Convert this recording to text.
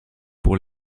pour